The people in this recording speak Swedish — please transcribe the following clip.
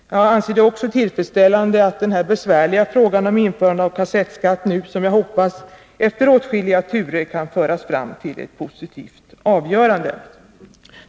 Jag anser det även tillfredsställande att den besvärliga frågan om införande av kassettskatt efter åtskilliga turer nu, som jag hoppas, kan föras fram till ett positivt avgörande.